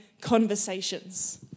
conversations